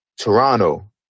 Toronto